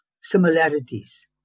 similarities